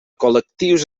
col·lectius